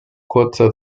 kurzer